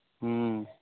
हुँ